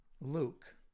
Luke